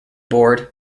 bored